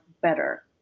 better